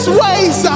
ways